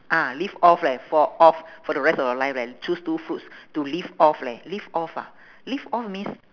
ah live off leh for off for the rest of your life leh you choose two foods to live off leh live off ah live off means